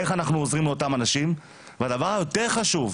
איך אנחנו עוזרים לאותם אנשים והדבר היותר חשוב,